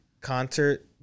concert